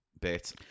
bit